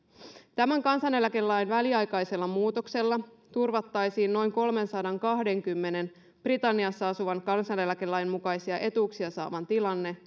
tämän kansaneläkelain väliaikaisella muutoksella turvattaisiin noin kolmensadankahdenkymmenen britanniassa asuvan kansaneläkelain mukaisia etuuksia saavan tilanne